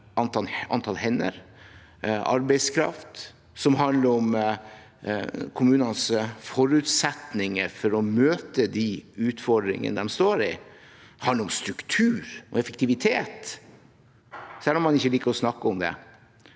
antall hender og arbeidskraft og kommunenes forutsetninger for å møte de utfordringene de står i, eller det handler om struktur og effektivitet, selv om man ikke liker å snakke om det.